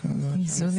כן.